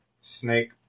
snake